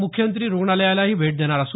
मुख्यमंत्री रुग्णालयालाही भेट देणार आहेत